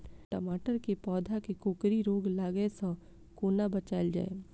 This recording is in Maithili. टमाटर केँ पौधा केँ कोकरी रोग लागै सऽ कोना बचाएल जाएँ?